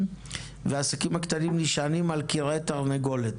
והעסקים הקטנים נשענים על כרעי תרנגולת"?